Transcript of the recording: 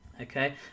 Okay